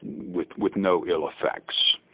with with no ill effects.